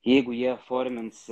jeigu jie formins